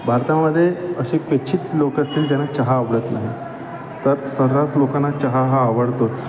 भारतामध्ये असे क्वचित लोक असतील ज्यांना चहा आवडत नाही तर सर्रास लोकांना चहा हा आवडतोच